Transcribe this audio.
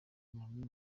lomami